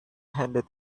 handed